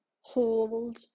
hold